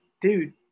dude